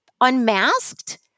unmasked